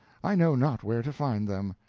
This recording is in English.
i know not where to find them.